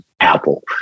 Apple